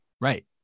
Right